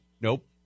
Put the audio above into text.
Nope